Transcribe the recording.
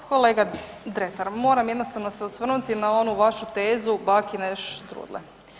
Pa kolega Dretar, moram jednostavno se osvrnuti na onu vašu tezu bakine štrudle.